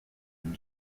une